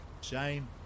Shame